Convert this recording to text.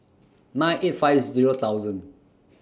nine eight five Zero thousand